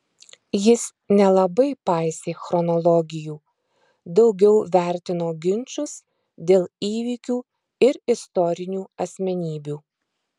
jis nelabai paisė chronologijų daugiau vertino ginčus dėl įvykių ir istorinių asmenybių